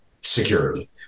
security